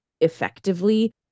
effectively